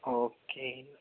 okay